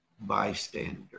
bystander